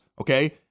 okay